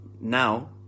now